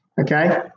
Okay